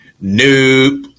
Nope